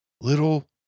little